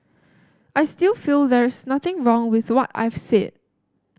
I still feel there is nothing wrong with what I've said